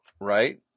right